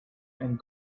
and